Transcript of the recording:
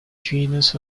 genus